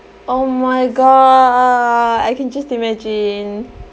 oh my god I can just imagine